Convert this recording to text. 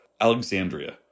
Alexandria